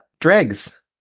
dregs